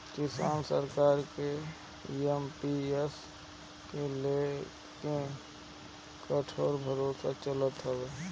किसान सरकार से एम.पी.एस के लेके ठोस भरोसा चाहत हवे